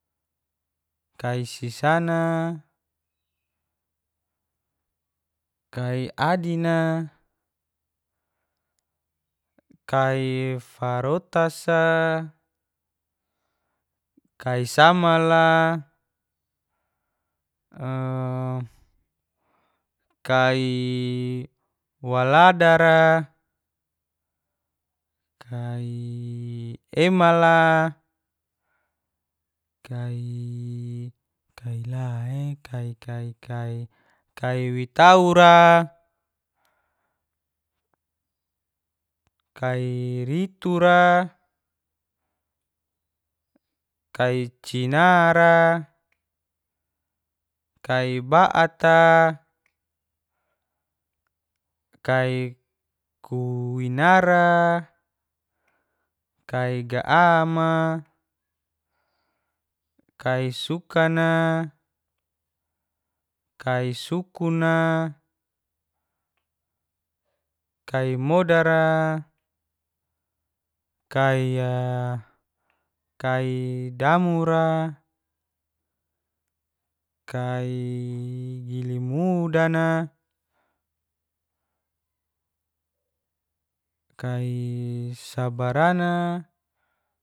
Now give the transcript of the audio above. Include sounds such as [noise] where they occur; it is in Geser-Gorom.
Kai sisana, kai adina, kai farota'sa, kai samala, [hesitation] kai waladara, kai ema'la, kai lai kai kai. Kai witaura, [hesitation] kai ritura, kai cinara, kai ba'at, kai kuwinara, kai ga'ama, kai sukana, kai sukuna. kai modara, [hesitation] kai damura, kai gilimudana, kai sabarana.